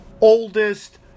oldest